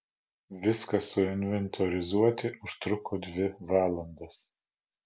viską suinventorizuoti užtruko dvi valandas